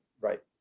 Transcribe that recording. right